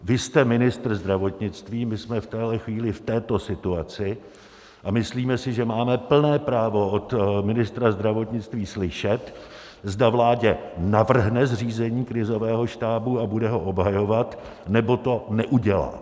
Vy jste ministr zdravotnictví, my jsme v téhle chvíli v této situaci a myslíme si, že máme plné právo od ministra zdravotnictví slyšet, zda vládě navrhne zřízení krizového štábu a bude ho obhajovat, nebo to neudělá.